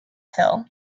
hill